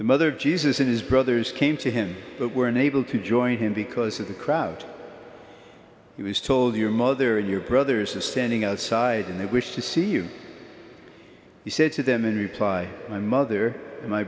the mother jesus and his brothers came to him but were unable to join him because of the crowd he was told your mother and your brothers standing outside and they wish to see you he said to them in reply my mother and my